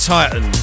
Titan